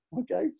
okay